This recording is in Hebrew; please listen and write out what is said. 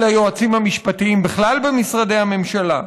על היועצים המשפטיים בכלל במשרדי הממשלה,